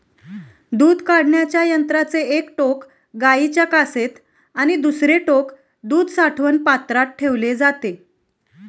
दूध काढण्याच्या यंत्राचे एक टोक गाईच्या कासेत आणि दुसरे टोक दूध साठवण पात्रात ठेवले जाते